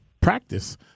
practice